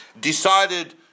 decided